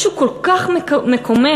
משהו כל כך מקומם,